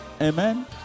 Amen